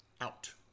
out